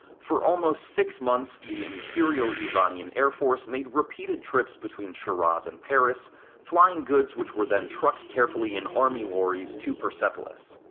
for almost six months, the imperial iranians air force made repeated sorties between shiraz and paris flying goods which were then trucked carefully in army lorries to persepolis.